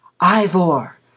Ivor